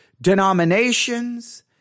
denominations